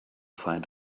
find